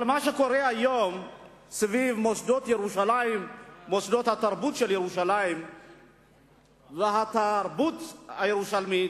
אבל מה שקורה היום סביב מוסדות התרבות של ירושלים והתרבות הירושלמית,